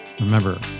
Remember